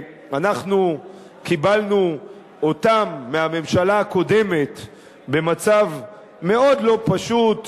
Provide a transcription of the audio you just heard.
קיבלנו אותם מהממשלה הקודמת במצב מאוד לא פשוט,